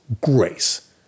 grace